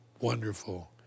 wonderful